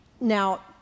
Now